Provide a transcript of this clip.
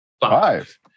Five